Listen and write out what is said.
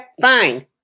fine